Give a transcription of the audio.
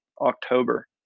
October